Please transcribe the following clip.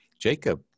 Jacob